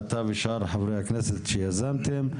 אתה ושאר חברי הכנסת שיזמתם.